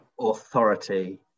authority